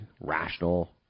rational